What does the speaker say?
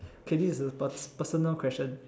K this is per personal question